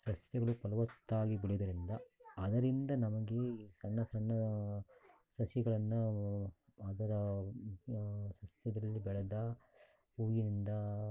ಸಸ್ಯಗಳು ಫಲವತ್ತಾಗಿ ಬೆಳೆಯುವುದರಿಂದ ಅದರಿಂದ ನಮಗೆ ಸಣ್ಣ ಸಣ್ಣ ಸಸಿಗಳನ್ನು ಅದರ ಸಸ್ಯದಲ್ಲಿ ಬೆಳೆದ ಹೂವಿನಿಂದ